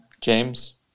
James